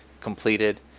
completed